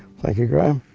thank you graeme.